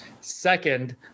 Second